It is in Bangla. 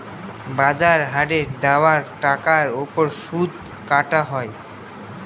বাজার হারে দেওয়া টাকার ওপর সুদ কাটা হয়